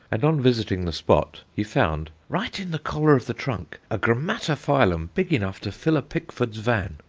and on visiting the spot, he found, right in the collar of the trunk, a grammatophyllum big enough to fill a pickford's van,